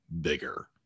bigger